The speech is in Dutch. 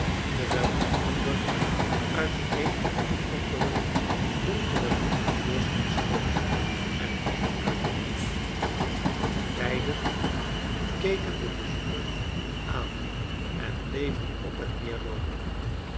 terwijl een ander uit een of anderen donkeren hoek te voorschijn schoot en het hek uitging beiden keken den bezoeker aan en bleven op en